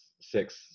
six